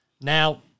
Now